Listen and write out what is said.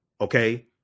Okay